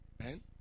Amen